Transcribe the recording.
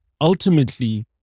Ultimately